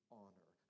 honor